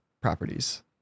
properties